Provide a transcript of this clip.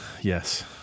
Yes